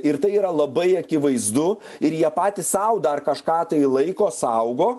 ir tai yra labai akivaizdu ir jie patys sau dar kažką tai laiko saugo